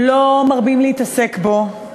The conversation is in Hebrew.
לא מרבים להתעסק בו,